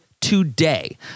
today